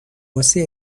واسه